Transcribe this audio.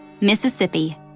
Mississippi